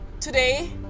today